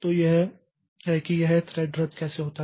तो यह है कि यह थ्रेड रद्द कैसे होता है